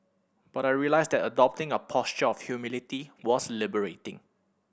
but I realised that adopting a posture of humility was liberating